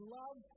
love